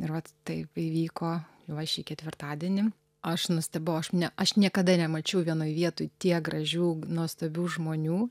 ir vat taip įvyko va šį ketvirtadienį aš nustebau aš ne aš niekada nemačiau vienoj vietoj tiek gražių nuostabių žmonių